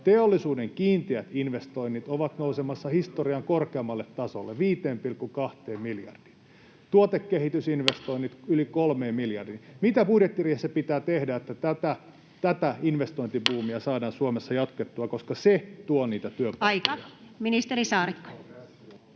Teollisuuden kiinteät investoinnit ovat nousemassa historian korkeimmalle tasolle 5,2 miljardiin, tuotekehitysinvestoinnit yli 3 miljardiin. Mitä budjettiriihessä pitää tehdä, että tätä investointibuumia saadaan Suomessa jatkettua, koska se tuo [Puhemies: Aika!] niitä työpaikkoja? Ministeri Saarikko.